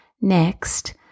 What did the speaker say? Next